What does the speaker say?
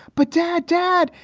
but dad, dad,